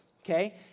okay